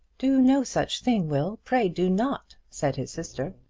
do no such thing, will pray do not, said his sister.